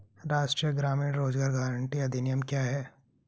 राष्ट्रीय ग्रामीण रोज़गार गारंटी अधिनियम क्या है?